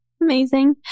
amazing